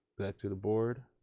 back to the board?